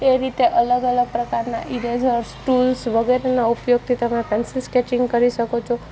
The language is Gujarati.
એ રીતે અલગ અલગ પ્રકારના ઇરેઝર્સ ટૂલ્સ વગેરેના ઉપયોગથી તમે પેન્સિલ સ્કેચિંગ કરી શકો છો